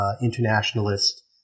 internationalist